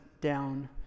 down